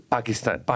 Pakistan